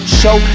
show